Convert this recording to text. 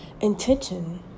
intention